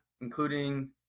including